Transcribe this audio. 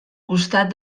costat